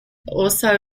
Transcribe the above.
also